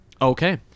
Okay